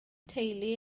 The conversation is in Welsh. teulu